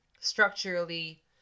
structurally